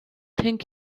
think